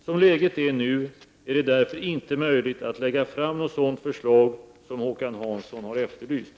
Som läget är nu, är det därför inte möjligt att lägga fram något sådant förslag som Håkan Hansson har efterlyst.